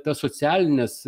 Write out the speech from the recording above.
tas socialines